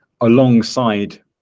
alongside